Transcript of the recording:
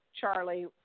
Charlie